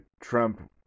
Trump